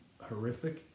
horrific